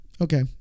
Okay